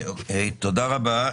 תודה רבה.